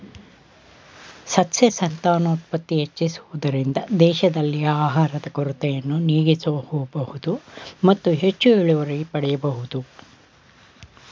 ಸಸ್ಯ ಸಂತಾನೋತ್ಪತ್ತಿ ಹೆಚ್ಚಿಸುವುದರಿಂದ ದೇಶದಲ್ಲಿ ಆಹಾರದ ಕೊರತೆಯನ್ನು ನೀಗಿಸಬೋದು ಮತ್ತು ಹೆಚ್ಚು ಇಳುವರಿ ಪಡೆಯಬೋದು